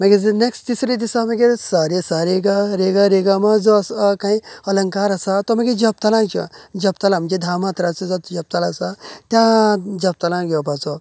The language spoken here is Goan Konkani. मागीर जे नॅक्ट्स तिसरे दिसा मागीर सा रे सा रे ग रे ग रे ग म जो काई अलंकार आसा तो मागीर जपतालाय ज्यो आसा जपताला म्हणजे धा मात्रा चो जपताला आसा त्या जपतालाय घेवपाचो